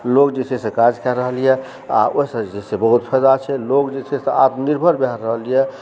लोक जे छै से काज करि रहल यऽ आओर ओहिसँ जे छै बहुत फायदा छै लोक जे छै से आत्मनिर्भर भए रहल यऽ